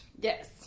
Yes